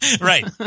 Right